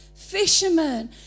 Fishermen